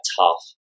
tough